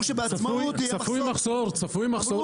צפוי מחסור, צפוי מחסור.